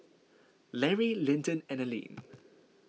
Lary Linton and Alline